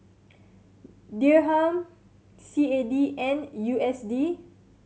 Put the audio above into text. Dirham C A D and U S D